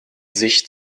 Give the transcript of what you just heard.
sich